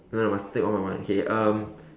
no no must think one by one um